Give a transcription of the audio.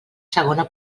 segona